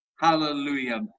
hallelujah